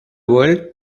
world